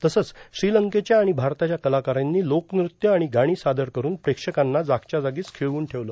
तसंच श्रीलंकेच्या आणि भारताच्या कलाकारांनी लोकनृत्य आणि गाणी सादर करून प्रेक्षकांना जागच्या जागीच खिळ्वुन ठेवलं